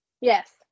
Yes